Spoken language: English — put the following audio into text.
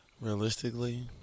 Realistically